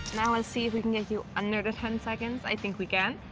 now let's see if we can get you under the ten seconds. i think we can.